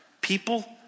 people